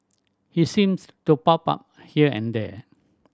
he seems to pop up here and there